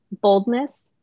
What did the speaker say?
boldness